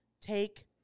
take